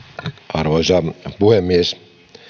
arvoisa puhemies